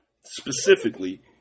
specifically